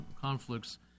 conflicts